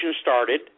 started